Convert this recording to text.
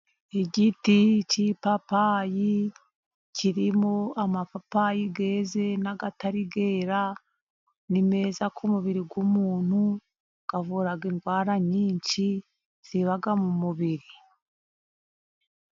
Igiti cy'ipapayi, kirimo amapayi yeze n'atari yera ni meza k'umubiri w'umuntu, avura indwara nyinshi ziba mu mubiri.